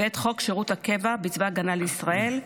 ואת חוק שירות הקבע בצבא ההגנה לישראל (גמלאות),